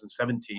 2017